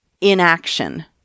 inaction